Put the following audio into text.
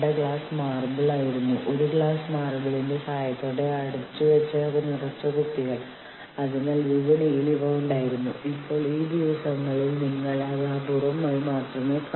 കൂട്ടായ വിലപേശൽ ഒരു തൊഴിലുടമയും ഒരു കൂട്ടം ജീവനക്കാരും തമ്മിലുള്ള ചർച്ചകൾ ഉൾക്കൊള്ളുന്നു അങ്ങനെ തൊഴിൽ വ്യവസ്ഥകൾ നിർണ്ണയിക്കും